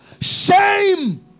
shame